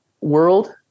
world